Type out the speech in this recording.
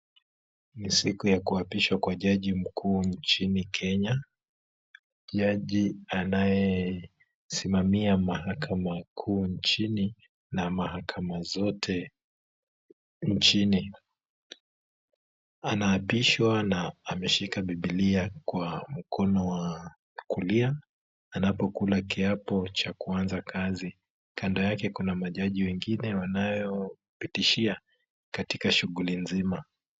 Ni siku ya kuapishwa kwa jaji mkuu nchini Kenya. Jaji anayesimamia mahakama kuu nchini na mahakama zote nchini. Anaapishwa na ameshika bibilia kwa mkono wa kulia anapokula kiapo cha kuanza kazi, kando yake kuna majaji wengine wanayopitishia katika shughuli mzima.